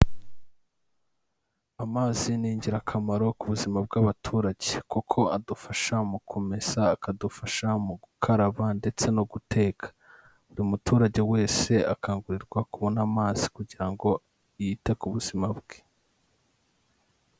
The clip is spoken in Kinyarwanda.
Amazi ni ingirakamaro ku buzima bw'abaturage, kuko adufasha mu kumesa, akadufasha mu gukaraba ndetse no guteka, buri muturage wese akangurirwa kubona amazi kugira ngo yite ku buzima bwe.